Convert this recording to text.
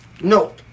no